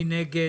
מי נגד?